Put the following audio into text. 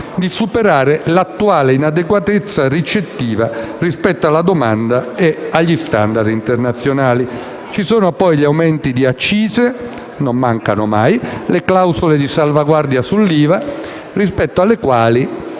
di superare l'attuale inadeguatezza ricettiva rispetto alla domanda e agli *standard* internazionali. Ci sono poi gli aumenti di accise - non mancano mai - e le clausole di salvaguardia sull'IVA, rispetto alle quali